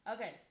Okay